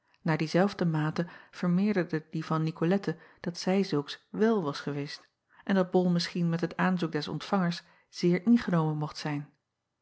naar die zelfde mate vermeerderde die van icolette dat zij zulks wel was geweest en dat ol misschien met het aanzoek des ontvangers zeer ingenomen mocht zijn